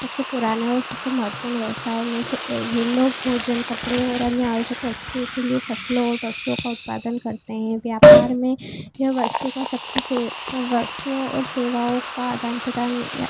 सबसे पुराना और सबसे महत्वपूर्ण व्यवसायों में से एक है लोग भोजन कपड़े और अन्य आवश्यक वस्तुओं के लिए फसलों और पशुओं का उत्पादन करते हैं व्यापार में यह वस्तु का सबसे से वस्तुओं और सेवाओं का आदान प्रदान या